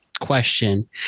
question